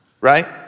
Right